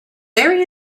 very